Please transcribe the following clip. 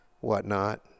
whatnot